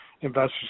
investors